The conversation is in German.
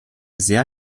sehr